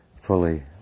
fully